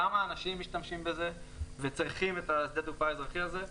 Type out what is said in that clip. כמה אנשים משתמשים בזה וצריכים את שדה התעופה האזרחי הזה.